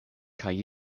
kaj